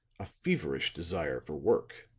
a feverish desire for work.